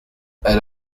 elle